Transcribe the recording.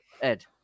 Ed